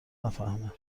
نفهمه